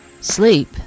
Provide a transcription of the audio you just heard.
sleep